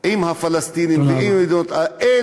עם הפלסטינים ועם מדינות ערב.